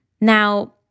Now